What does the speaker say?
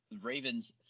ravens